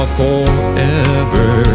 forever